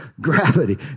Gravity